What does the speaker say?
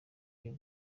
cy’u